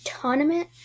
Tournament